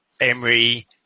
Emery